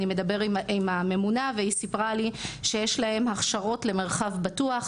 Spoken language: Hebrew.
דיברתי עם הממונה שספרה לי שיש לה הכשרות למרחב בטוח,